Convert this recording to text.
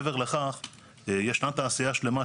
היא זו שמוכרת לא דווקא לקמעונאים